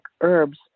herbs